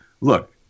look